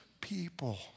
people